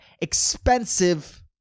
expensive